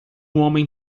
homem